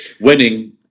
Winning